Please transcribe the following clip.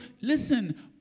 listen